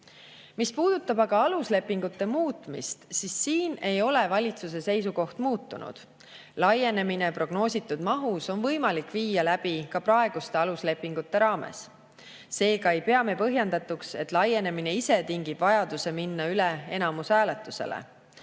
Mis puudutab aga aluslepingute muutmist, siis siin on ei ole valitsuse seisukoht muutunud. Laienemine prognoositud mahus on võimalik ka praeguste aluslepingute raames. Seega me ei pea põhjendatuks, et laienemine ise tingib vajaduse minna üle enamushääletusele.